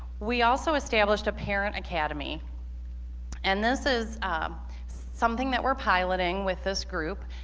we also established a parent academy and this is something that we're piloting with this group,